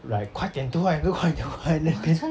like 快点读 lah 你没有快点读完 then 那边